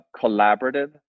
collaborative